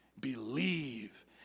believe